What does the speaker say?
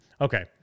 Okay